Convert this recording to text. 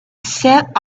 set